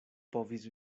povis